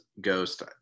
ghost